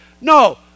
no